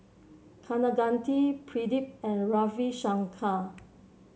Kaneganti Pradip and Ravi Shankar